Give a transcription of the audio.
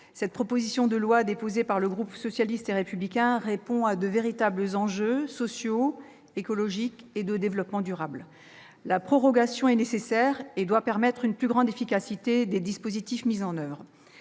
Cette proposition de loi déposée par le groupe socialiste et républicain répond à de véritables enjeux sociaux et écologiques, ainsi qu'en matière de développement durable. La prorogation de l'expérimentation est nécessaire et doit permettre une plus grande efficacité des dispositifs mis en oeuvre.